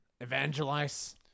evangelize